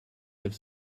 have